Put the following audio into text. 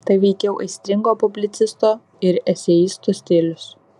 tai veikiau aistringo publicisto ir eseisto stilius